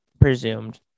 presumed